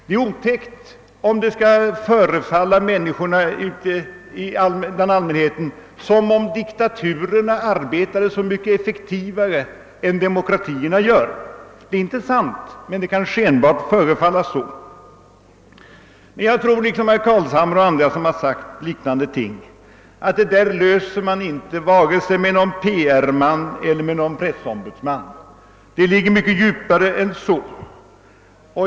Det är otäckt om det skulle förefalla allmänheten som om diktaturerna arbetade så mycket effektivare än demokratierna gör; det är inte sant, men det kan förefalla så. Men jag tror liksom herr Carlshamre och andra att man inte löser dessa problem vare sig med någon PR-man eller någon pressombudsman; de ligger mycket djupare än så.